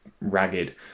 ragged